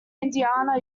indiana